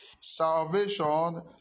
Salvation